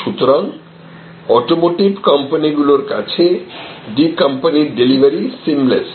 সুতরাং অটোমোটিভ কোম্পানিগুলির কাছে D কোম্পানির ডেলিভারি সিমলেস